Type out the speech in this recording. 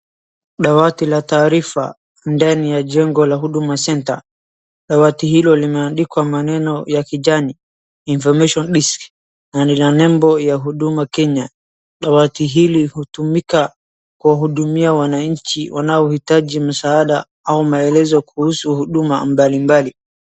Dawati la taarifa ndani ya jengo la Huduma Center. Dawati hilo limeandikwa maneno ya kijani information desk na lina nembo ya Huduma Kenya. Dawati hili hutumika kuwahudumia wananchi wanaohitaji msaada au maelezo kuhusu huduma mbalimbali.